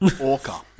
Orca